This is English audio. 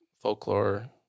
folklore